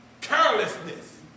carelessness